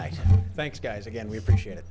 knight thanks guys again we appreciate it